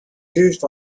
used